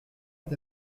est